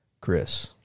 Chris